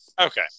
Okay